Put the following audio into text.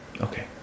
Okay